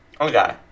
Okay